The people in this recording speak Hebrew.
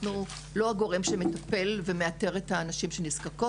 אנחנו לא הגורם שמטפל ומאתר את הנשים שנזקקות.